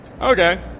Okay